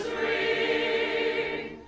a